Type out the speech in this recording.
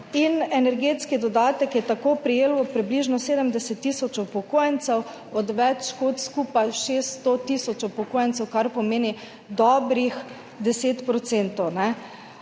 in energetski dodatek je tako prejelo približno 70 tisoč upokojencev od več kot skupaj 600 tisoč upokojencev, kar pomeni dobrih 10 %.